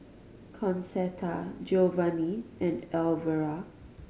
Concetta Geovanni and Alvera